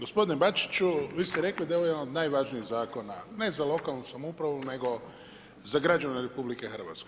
Gospodine Bačiću, vi ste rekli da je ovo jedan od najvažnijih zakona ne za lokalnu samoupravu nego za građane RH.